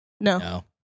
No